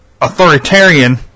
authoritarian